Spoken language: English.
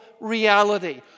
reality